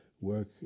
work